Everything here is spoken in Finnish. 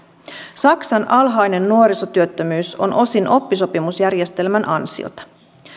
saksan alhainen nuorisotyöttömyys on osin oppisopimusjärjestelmän ansiota